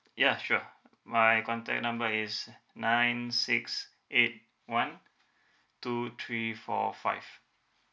ya sure my contact number is nine six eight one two three four five